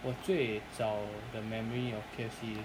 我最早的 memory of K_F_C